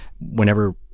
whenever